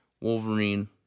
wolverine